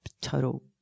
total